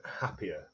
happier